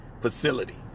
Facility